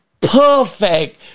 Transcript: perfect